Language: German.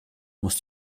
muss